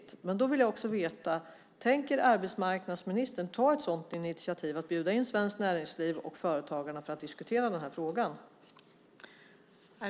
Tänker arbetsmarknadsministern ta initiativet att bjuda in Svenskt Näringsliv och Företagarna för att diskutera denna fråga?